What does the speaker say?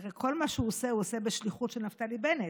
כי הרי כל מה שהוא עושה הוא עושה בשליחות של נפתלי בנט,